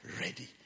ready